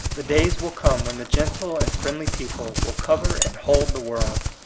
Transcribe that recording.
the days will come when the gentle and friendly people will cover and hold the world.